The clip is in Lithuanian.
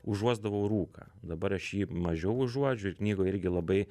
užuosdavau rūką dabar aš jį mažiau užuodžiu ir knygoj irgi labai